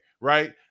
right